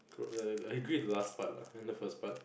I agree with the last part lah and the first part